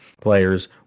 players